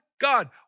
God